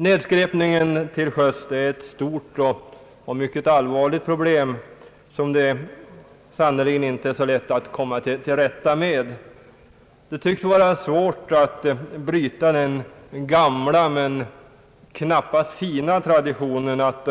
Nedskräpningen till sjöss är ett stort och allvarligt problem, som det inte är så lätt att komma till rätta med. Det tycks vara svårt att bryta den gamla men knappast fina traditionen att